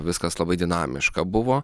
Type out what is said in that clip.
viskas labai dinamiška buvo